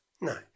no